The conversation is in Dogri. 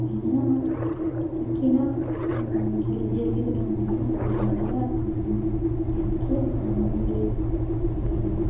में ना मिगी ना जल्दी जल्दी बनाने आह्ले खाने जेह्ड़े असान न मैगी असान होंदी ते